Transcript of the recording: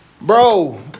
Bro